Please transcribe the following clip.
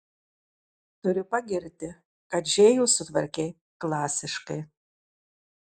turiu pagirti kad džėjų sutvarkei klasiškai